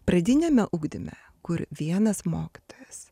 pradiniame ugdyme kur vienas mokytojas